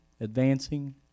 advancing